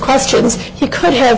questions he could have